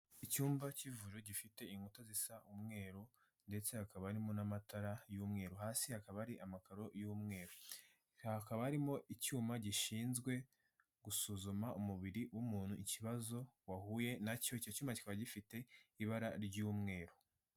Icyumba cy'ivuriro gifite inkuta zisa umweru ndetse hakaba harimo n'amatara y'umweru, hasi hakaba hari amakaro y'umweru, hakaba harimo icyuma gishinzwe gusuzuma umubiri w'umuntu ikibazo wahuye na cyo, icyo cyuma kikaba gifite ibara ry'umweru.